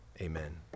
amen